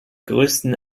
größten